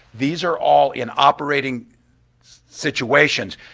these are all in operating situations,